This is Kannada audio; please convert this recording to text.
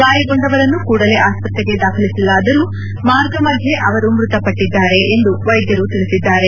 ಗಾಯಗೊಂಡವರನ್ನು ಕೂಡಲೇ ಆಸ್ವತ್ರಗೆ ದಾಖಲಿಸಲಾದರೂ ಮಾರ್ಗಮಧ್ಯೆ ಅವರು ಮೃತಪಟ್ಟಿದ್ದಾರೆ ಎಂದು ವೈದ್ಯರು ತಿಳಿಸಿದ್ದಾರೆ